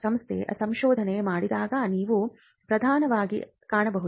ಸಂಸ್ಥೆ ಸಂಶೋಧನೆ ಮಾಡಿದಾಗ ನೀವು ಪ್ರಧಾನವಾಗಿ ಕಾಣಬಹುದು